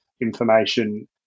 information